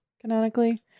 canonically